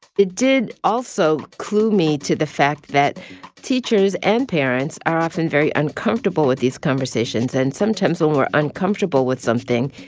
it did also clue me to the fact that teachers and parents are often very uncomfortable with these conversations. and sometimes, when we're uncomfortable with something,